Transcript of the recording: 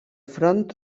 front